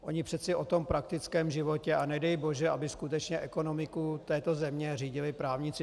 Oni přece o tom praktickém životě a nedej bože, aby skutečně ekonomiku této země řídili právníci.